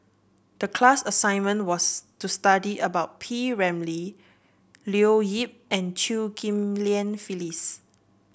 the class assignment was to study about P Ramlee Leo Yip and Chew Ghim Lian Phyllis